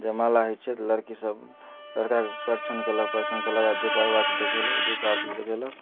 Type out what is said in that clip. जयमाला होइत छै लड़की सब लड़काके परिछन कयलक परिछन कयलाके बाद धूप आरती देखेलक धूप आरती देखेलक